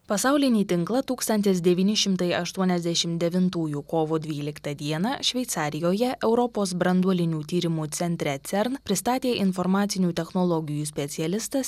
pasaulinį tinklą tūkstantis devyni šimtai ašuoniasdešim devintųjų kovo dvyliktą dieną šveicarijoje europos branduolinių tyrimų centre cern pristatė informacinių technologijų specialistas